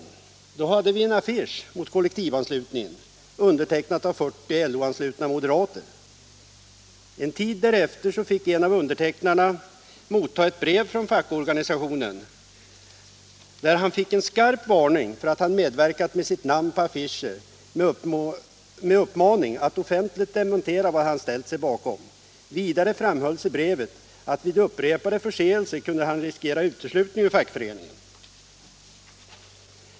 Då hade vi en affisch 16 mars 1977 mot kollektivanslutningen, undertecknad av 40 LO-anslutna moderater. so En tid därefter fick en av undertecknarna motta ett brev från fackor = Kollektivanslutning ganisationen där han fick en skarp varning för att han medverkat med = till politiskt parti, sitt namn på affischen och uppmaning att offentligt dementera vad han = m.m. ställt sig bakom. Vidare framhölls i brevet att han .vid upprepad förseelse kunde riskera uteslutning ur fackföreningen.